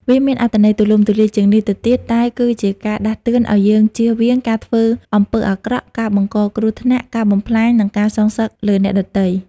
វាមានអត្ថន័យទូលំទូលាយជាងនេះទៅទៀតតែគឺជាការដាស់តឿនឲ្យយើងជៀសវាង ការធ្វើអំពើអាក្រក់ ការបង្កគ្រោះថ្នាក់ ការបំផ្លាញ និងការសងសឹកលើអ្នកដទៃ។